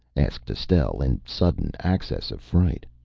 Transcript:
asked estelle in sudden access of fright.